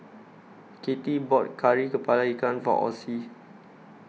Katie bought Kari Kepala Ikan For Ossie